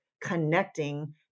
connecting